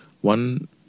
one